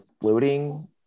floating